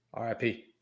RIP